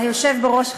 היושב בראש,